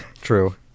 True